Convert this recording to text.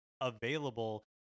available